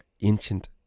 Ancient